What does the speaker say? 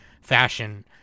fashion